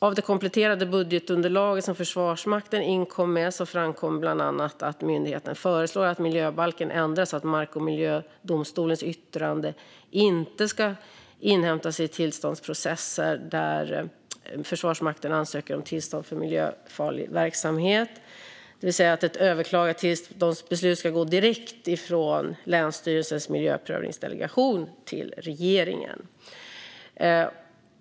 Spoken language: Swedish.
Av det kompletterande budgetunderlag som Försvarsmakten inkom med framkom bland annat att myndigheten föreslår att miljöbalken ändras så att mark och miljödomstolens yttrande inte ska inhämtas i tillståndsprocesser där Försvarsmakten ansöker om tillstånd för miljöfarlig verksamhet. Ett överklagat tillståndsbeslut ska alltså gå direkt ifrån länsstyrelsens miljöprövningsdelegation till regeringen.